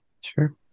Sure